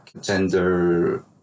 gender